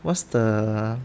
what's the